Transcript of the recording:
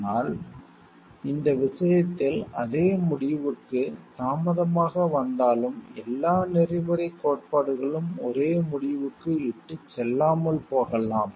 ஆனால் இந்த விஷயத்தில் அதே முடிவுக்கு தாமதமாக வந்தாலும் எல்லா நெறிமுறைக் கோட்பாடுகளும் ஒரே முடிவுக்கு இட்டுச் செல்லாமல் போகலாம்